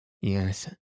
Yes